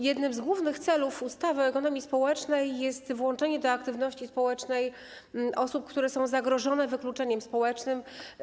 Jednym z głównych celów ustawy o ekonomii społecznej jest włączenie do aktywności społecznej osób, które są zagrożone wykluczeniem społecznym.